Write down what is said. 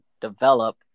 develop